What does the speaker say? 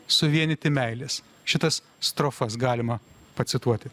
suvienyti meilės šitas strofas galima pacituoti